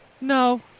No